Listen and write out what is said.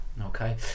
Okay